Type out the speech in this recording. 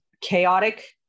chaotic